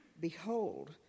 behold